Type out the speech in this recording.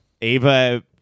Ava